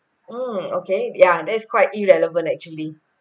mm okay yeah that's quite irrelevant actually